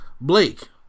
Blake